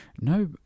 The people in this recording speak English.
No